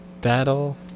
Battle